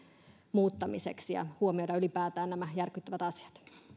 muuttamiseksi ja huomioida ylipäätään nämä järkyttävät asiat